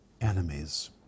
enemies